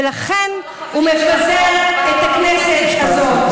ולכן הוא מפזר את הכנסת הזאת.